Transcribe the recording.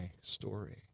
story